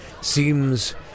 seems